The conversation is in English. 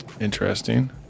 Interesting